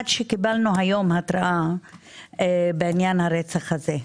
עד שקיבלנו היום התרעה בעניין הרצח הזה.